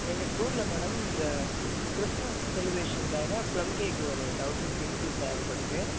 எங்கள் ஸ்கூலில் மேடம் இந்த கிறிஸ்துமஸ் செலிப்ரேஷனுக்காக ப்ளம் கேக் ஒரு தௌசண்ட் பீஸு தேவைப்படுது